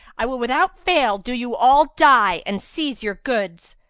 i will without fail do you all die and seize your goods.